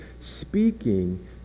speaking